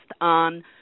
on